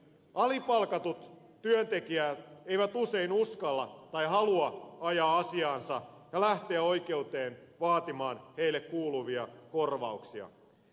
alipalkatut työntekijät eivät usein uskalla tai halua ajaa asiaansa ja lähteä oikeuteen vaatimaan heille kuuluvia korvauksia